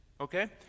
okay